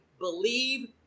Believe